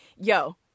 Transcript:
yo